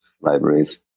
libraries